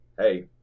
hey